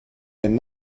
and